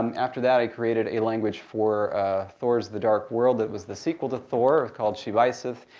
um after that, i created a language for thor's the dark world it was the sequel to thor called shivaisith.